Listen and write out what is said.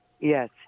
Yes